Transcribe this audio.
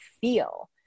feel